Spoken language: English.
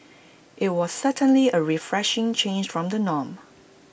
IT was certainly A refreshing change from the norm